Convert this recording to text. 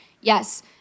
Yes